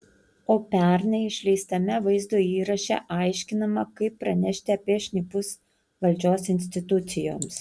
o pernai išleistame vaizdo įraše aiškinama kaip pranešti apie šnipus valdžios institucijoms